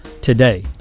today